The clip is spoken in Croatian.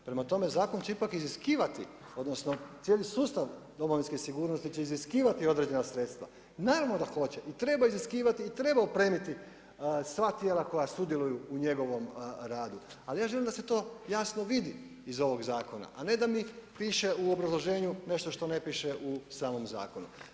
Prema tome zakon će ipak iziskivati odnosno cijeli sustav Domovinske sigurnosti određena sredstva, naravno da hoće i treba iziskivati i treba opremiti sva tijela koja sudjeluju u njegovom radu, ali ja želim da se to jasno vidi iz ovog zakona a ne da mi piše u obrazloženju nešto što ne piše u samom zakonu.